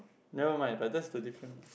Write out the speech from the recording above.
never mind like just the differences